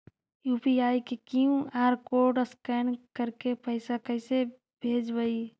UPI के QR code scan करके पैसा कैसे भेजबइ?